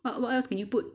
what else can you put